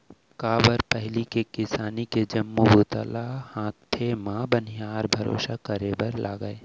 काबर के पहिली किसानी के जम्मो बूता ल हाथे म बनिहार भरोसा करे बर लागय